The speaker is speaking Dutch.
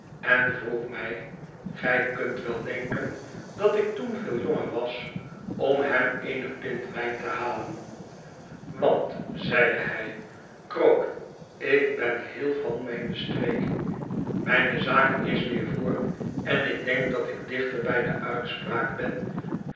en vroeg mij gij kunt wel denken dat ik toen veel jonger was om hem eene pint wijn te halen want zeide hij krook ik ben heel van mijne streek mijne zaak is weer voor en ik denk dat ik dichter bij de uitspraak ben